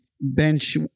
bench